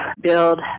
build